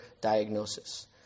diagnosis